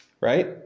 Right